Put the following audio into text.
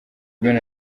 ben